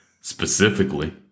specifically